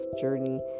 journey